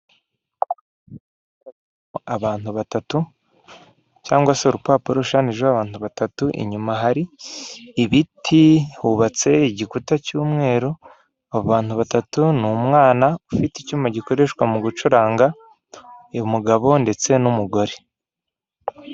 Abantu batatu cyangwa se urupapuro rushushanyijeho abantu batatu, inyuma hari ibiti, hubatse igikuta cy'umweru. Abo bantu batatu ni umwana ufite icyuma gikoreshwa mu gucuranga, umugabo ndetse n'umugore.